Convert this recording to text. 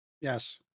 Yes